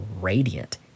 radiant